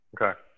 Okay